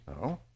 No